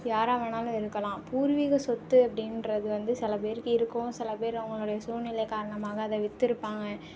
யாராக வேணாலும் இருக்கலாம் பூர்விக சொத்து அப்படின்றது வந்து சில பேருக்கு இருக்கும் சில பேரு அவங்களோடைய சூழ்நிலை காரணமாக அதை வித்துருப்பாங்க